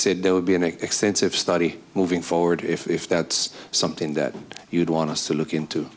said there would be an extensive study moving forward if that's something that you'd want to look into